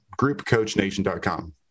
Groupcoachnation.com